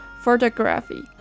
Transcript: photography